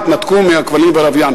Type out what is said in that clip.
יתנתקו מהכבלים והלוויין.